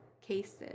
cases